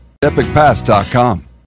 EpicPass.com